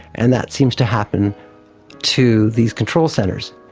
and that seems to happen to these control centres,